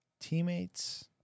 teammates